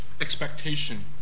expectation